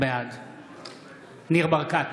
בעד ניר ברקת,